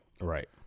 Right